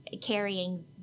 carrying